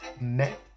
Met